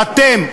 ואתם,